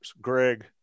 Greg